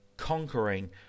Conquering